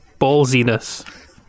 ballsiness